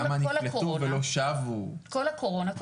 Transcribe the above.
כל הקורונה.